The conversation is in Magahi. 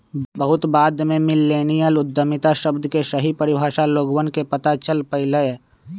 बहुत बाद में मिल्लेनियल उद्यमिता शब्द के सही परिभाषा लोगवन के पता चल पईलय